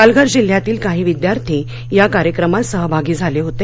पालघर जिल्ह्यातील काही विद्यार्थी या कार्यक्रमात सहभागी झाले होते